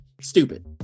stupid